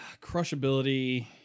Crushability